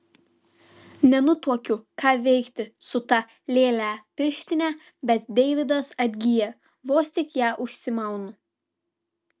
nenutuokiu ką veikti su ta lėle pirštine bet deividas atgyja vos tik ją užsimaunu